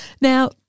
Now